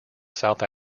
south